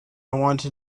want